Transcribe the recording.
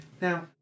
Now